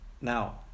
Now